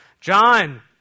John